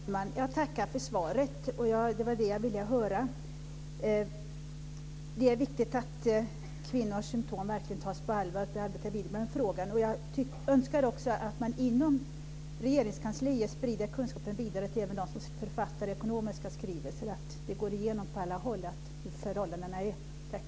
Fru talman! Jag tackar för svaret. Det var det jag ville höra. Det är viktigt att kvinnors symtom verkligen tas på allvar och att vi arbetar vidare med frågan. Jag önskar också att man inom Regeringskansliet sprider kunskapen vidare även till dem som författar ekonomiska skrivelser, så att det går igenom på alla håll hur förhållandena är. Tack!